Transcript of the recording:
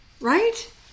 Right